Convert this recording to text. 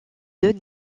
deux